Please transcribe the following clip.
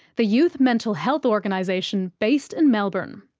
the youth mental health organisation based in melbourne.